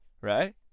right